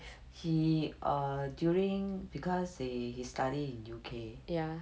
he err during because he his study in U_K